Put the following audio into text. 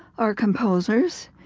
are composers.